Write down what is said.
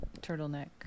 turtleneck